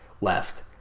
left